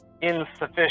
insufficient